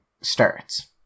starts